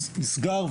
אז נסגר,